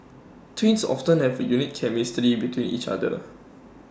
twins often have A unique chemistry with each other